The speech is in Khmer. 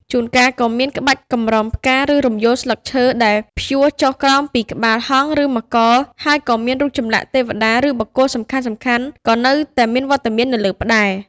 ជួនកាលក៏មាន ក្បាច់កម្រងផ្កា ឬ រំយោលស្លឹកឈើ ដែលព្យួរចុះក្រោមពីក្បាលហង្ស ឬមករ ហើយក៏មានរូបចម្លាក់ទេវតា ឬបុគ្គលសំខាន់ៗក៏នៅតែមានវត្តមាននៅលើផ្តែរ។